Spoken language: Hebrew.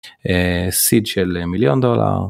סיד של מיליון דולר.